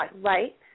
right